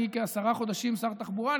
שאני בעשרה חודשים כשר תחבורה,